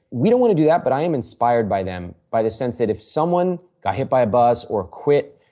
we do not want to do that, but i am inspired by them. by the sense that if someone got hit by a bus or quit,